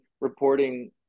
reporting